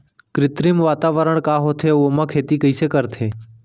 कृत्रिम वातावरण का होथे, अऊ ओमा खेती कइसे करथे?